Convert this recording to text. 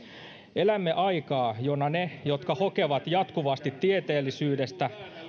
elämme aikaa jona ne jotka hokevat jatkuvasti tieteellisyydestä